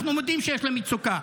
אנחנו מודים שיש לה מצוקה.